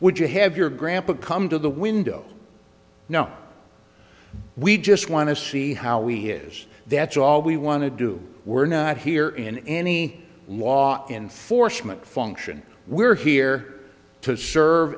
would you have your grampa come to the window no we just want to see how we is that's all we want to do we're not here in any law enforcement function we're here to serve